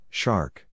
shark